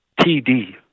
TD